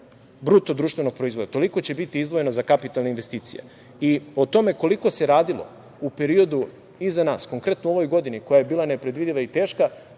milijardi je 5,5% BDP. Toliko će biti izdvojeno za kapitalne investicije.O tome koliko se radilo u periodu iza nas, konkretno u ovoj godini koja je bila nepredvidiva i teška,